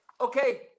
okay